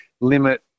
limit